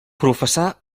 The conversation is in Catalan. professà